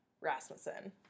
Rasmussen